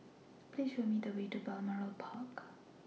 Please Show Me The Way to Balmoral Park